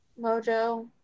Mojo